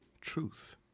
truth